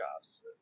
jobs